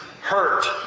hurt